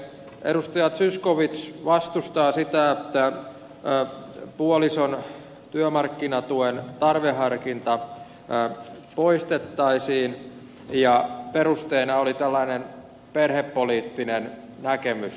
edustaja zyskowicz vastustaa sitä että puolison työmarkkinatuen tarveharkinta poistettaisiin ja perusteena oli tällainen perhepoliittinen näkemys